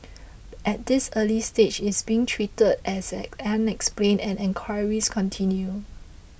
at this early stage it's being treated as unexplained and enquiries continue